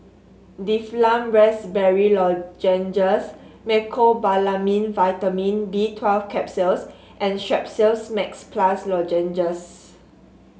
Difflam Raspberry Lozenges Mecobalamin Vitamin B Twelve Capsules and Strepsils Max Plus Lozenges